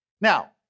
Now